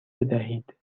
بدهید